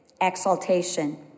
exaltation